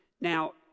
Now